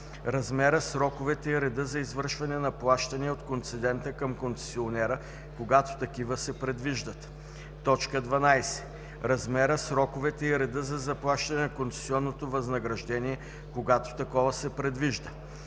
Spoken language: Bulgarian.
размера, сроковете и реда за извършване на плащания от концедента към концесионера, когато такива се предвиждат; 12. размера, сроковете и реда за заплащане на концесионното възнаграждение, когато такова се предвижда;